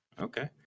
Okay